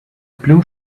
blue